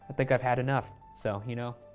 think i've had enough. so, you know,